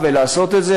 ולעשות את זה?